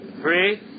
Three